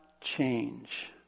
change